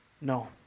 No